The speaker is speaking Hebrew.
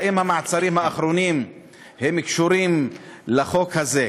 האם המעצרים האחרונים קשורים לחוק הזה?